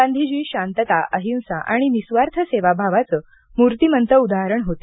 गांधीजी शांतता अहिंसा आणि निस्वार्थ सेवाभावाचे मूर्तीमंत उदाहरण होते